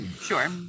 Sure